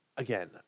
Again